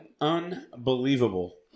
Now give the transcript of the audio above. unbelievable